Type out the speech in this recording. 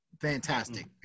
Fantastic